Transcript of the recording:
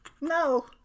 No